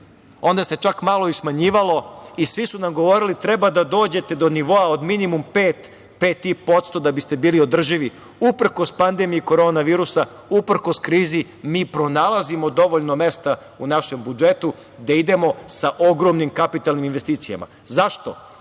Onda se čak malo i smanjivalo i svi su nam govorili treba da dođete do nivoa od minimum 5 - 5,5% da biste bili održivi. Uprkos pandemiji Korona virusa, uprkos krizi, mi pronalazimo dovoljno mesta u našem budžetu gde idemo sa ogromnim kapitalnim investicijama.Zašto?